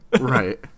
Right